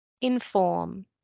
Inform